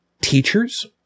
teachers